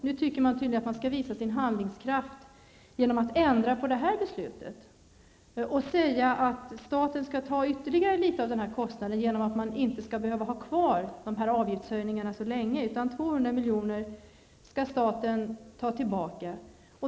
Nu tycker man tydligen att man skall visa handlingskraft genom att ändra på det här aktuella beslutet och säga att staten skall ta ytterligare en del av kostnaden genom att avgiftshöjningarna inte skall behöva vara kvar så länge. 200 miljoner skall staten ta tillbaka.